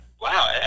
wow